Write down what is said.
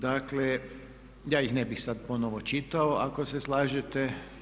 Dakle, ja ih ne bih sad ponovno čitao ako se slažete?